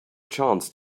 chance